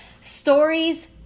Stories